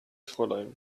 fräulein